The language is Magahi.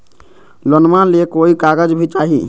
लोनमा ले कोई कागज भी चाही?